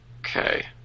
Okay